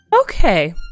Okay